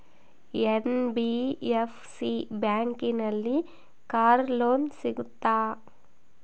NBFC ಬ್ಯಾಂಕಿನಲ್ಲಿ car loan ಸಿಗುತ್ತಾ?